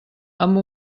amb